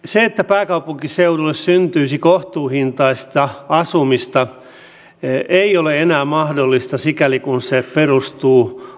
se että pääkaupunkiseudulle syntyisi kohtuuhintaista asumista ei ole enää mahdollista sikäli kun se perustuu uudistuotantoon